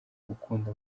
gukunda